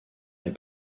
est